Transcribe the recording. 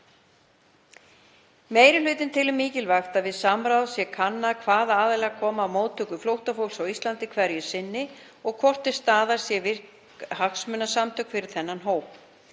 Meiri hlutinn telur mikilvægt að við samráð sé kannað hvaða aðilar komi að móttöku flóttafólks á Íslandi hverju sinni og hvort til staðar séu virk hagsmunasamtök fyrir þann hóp.